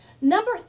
number